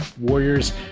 Warriors